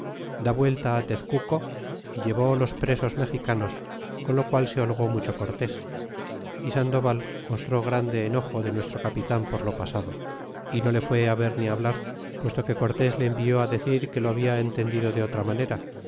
da vuelta tezcuco y llevó los presos mexicanos con lo qual se holgó mucho cortés y sandoval mostró grande enojo de nuestro capitan por lo pasado y no le fué á ver ni hablar puesto que cortés le envió decir que lo habia entendido de otra manera